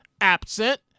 absent